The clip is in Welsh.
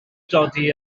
dodi